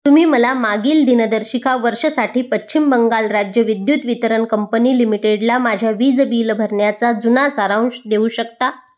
तुम्ही मला मागील दिनदर्शिका वर्षसाठी पश्चिम बंगाल राज्य विद्युत वितरण कंपनी लिमिटेडला माझ्या वीज बिल भरण्याचा जुना सारांश देऊ शकता